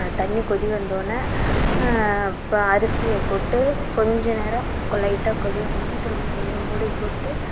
தண்ணி கொதி வந்தோடன இப்போ அரிசியை போட்டு கொஞ்ச நேரம் லைட்டாக கொதி வந்தோடன திரும்ப அந்த இது மூடி போட்டு